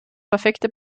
perfekte